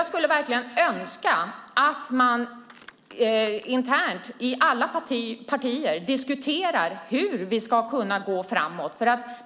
Jag skulle verkligen önska att man internt i olika partier diskuterar hur vi ska kunna gå framåt.